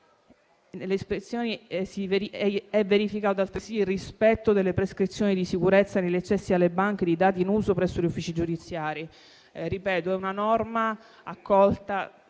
«Nelle ispezioni è verificato altresì il rispetto delle prescrizioni di sicurezza negli accessi alle banche di dati in uso presso gli uffici giudiziari». È una norma accolta